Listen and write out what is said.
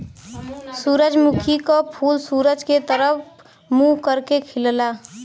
सूरजमुखी क फूल सूरज के तरफ मुंह करके खिलला